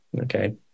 okay